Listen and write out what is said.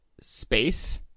space